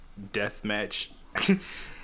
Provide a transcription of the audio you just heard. deathmatch